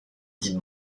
dite